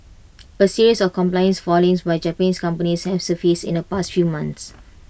A series of compliance failings by Japanese companies have surfaced in the past few months